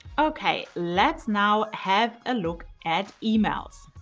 okay, let's now have a look at emails.